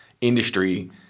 industry